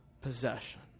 possession